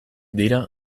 dira